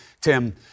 Tim